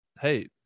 hey